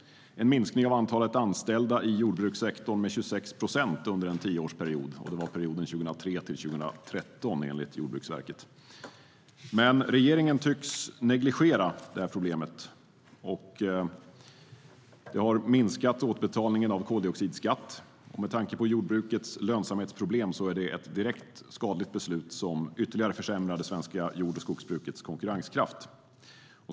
Minskningen av antalet anställda i jordbrukssektorn var 26 procent under tioårsperioden 2003-2013, enligt Jordbruksverket. Regeringen tycks negligera det här problemet. Återbetalningen av koldioxidskatt har minskat. Med tanke på jordbrukets lönsamhetsproblem är detta ett direkt skadligt beslut som ytterligare försämrar det svenska jord och skogsbrukets konkurrenskraft.